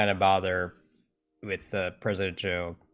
and bother with a presidential